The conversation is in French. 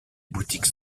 boutiques